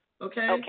okay